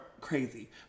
crazy